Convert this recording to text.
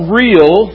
real